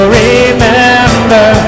remember